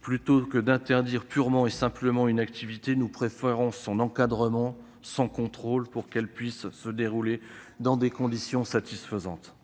Plutôt que d'interdire purement et simplement une activité, nous préférons qu'elle soit encadrée et contrôlée, de sorte qu'elle puisse se dérouler dans des conditions satisfaisantes.